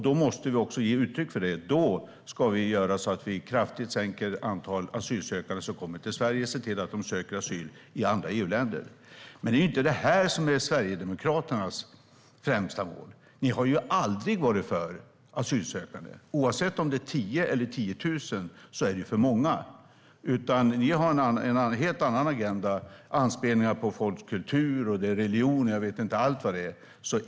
Då måste vi också ge uttryck för det. Då ska vi göra så att vi kraftigt sänker antalet asylsökande som kommer till Sverige och ser till att de söker asyl i andra EU-länder. Men det är ju inte det här som är Sverigedemokraternas främsta mål. Ni har ju aldrig varit för asylsökande. Oavsett om de är tio eller tiotusen är de för många. Ni har en helt annan agenda med anspelningar på folks kultur, religion och jag vet inte allt.